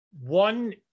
one